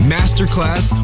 Masterclass